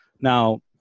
Now